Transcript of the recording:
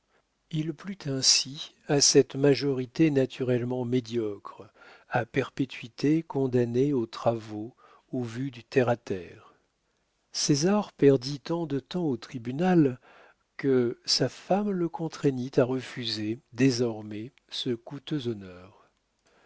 il plut ainsi à cette majorité naturellement médiocre à perpétuité condamnée aux travaux aux vues du terre à terre césar perdit tant de temps au tribunal que sa femme le contraignit à refuser désormais ce coûteux